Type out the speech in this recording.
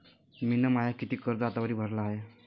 मिन माय कितीक कर्ज आतावरी भरलं हाय?